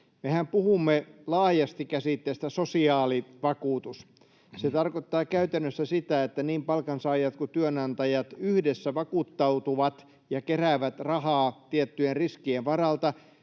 Mehän puhumme laajasti käsitteestä sosiaalivakuutus. Se tarkoittaa käytännössä sitä, että niin palkansaajat kuin työnantajat yhdessä vakuuttautuvat ja keräävät rahaa tiettyjen riskien varalta.